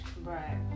Right